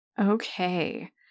Okay